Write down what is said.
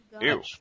Ew